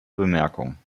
bemerkung